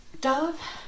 Dove